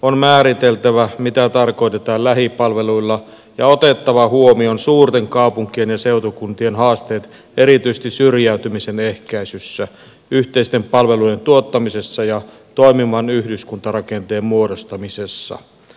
on määriteltävä mitä tarkoitetaan lähipalveluilla ja otettava huomioon suurten kaupunkien ja seutukuntien haasteet erityisesti syrjäytymisen ehkäisyssä yhteisten palvelujen tuottamisessa ja toimivan yhdyskuntarakenteen muodostamisessa